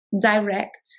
direct